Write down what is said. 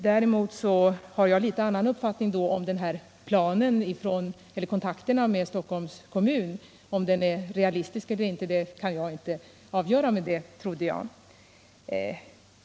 Däremot har jag en något avvikande uppfattning om planen när det gäller kontakterna med Stockholms kommun och Stockholms läns landsting. Om den är realistisk eller inte kan jag inte avgöra, men jag utgår ifrån att den är det.